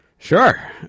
Sure